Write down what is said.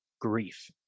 grief